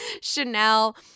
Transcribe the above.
Chanel